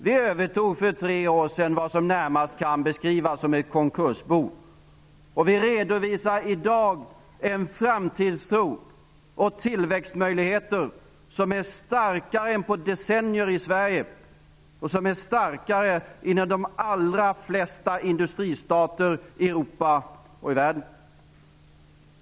Vi övertog för tre år sedan vad som närmast kan beskrivas som ett konkursbo, och vi redovisar i dag en framtidstro och tillväxtmöjligheter i Sverige som är starkare än på decennier och som är starkare än i de allra flesta industristater i Europa och i världen.